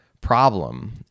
problem